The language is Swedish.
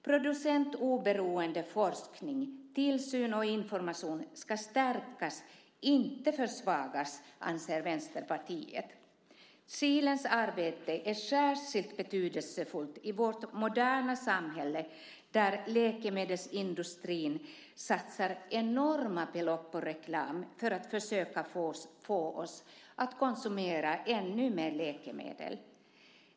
Producentoberoende forskning, tillsyn och information ska stärkas och inte försvagas, anser Vänsterpartiet. Kilens arbete är särskilt betydelsefullt i vårt moderna samhälle, där läkemedelsindustrin satsar enorma belopp på reklam för att försöka att få oss att konsumera ännu mer läkemedel.